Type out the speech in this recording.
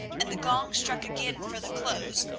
and the gong struck again for the close,